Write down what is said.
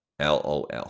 LOL